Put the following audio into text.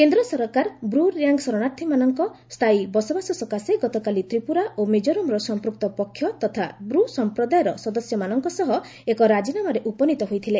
କେନ୍ଦ୍ର ସରକାର ବ୍ର ରିଆଙ୍ଗ୍ ଶରଣାର୍ଥୀମାନଙ୍କ ସ୍ଥାୟୀ ବସବାସ ସକାଶେ ଗତକାଲି ତ୍ରିପୁରା ଓ ମିକୋରାମ୍ର ସମ୍ପ୍ରକ୍ତ ପକ୍ଷ ତଥା ବ୍ର ସମ୍ପ୍ରଦାୟର ସଦସ୍ୟମାନଙ୍କ ସହ ଏକ ରାଜିନାମାରେ ଉପନୀତ ହୋଇଥିଲେ